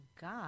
God